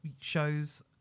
shows